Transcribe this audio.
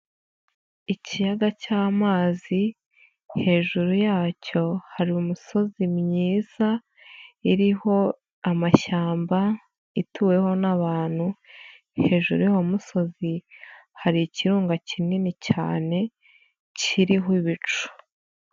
Ikiyaga cy'amazi hejuru yacyo hari umusozi myiza, iriho amashyamba, ituweho n'abantu, hejuru y'uwo musozi, hari ikirunga kinini cyane kiriho ibicu.